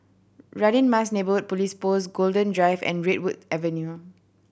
Radin Mas Neighbourhood Police Post Golden Drive and Redwood Avenue